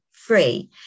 free